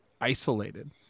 isolated